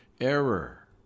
error